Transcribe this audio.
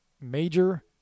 major